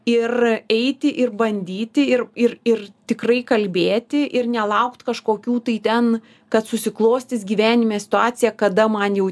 ir eiti ir bandyti ir ir ir tikrai kalbėti ir nelaukt kažkokių tai ten kad susiklostys gyvenime situacija kada man jau